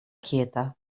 quieta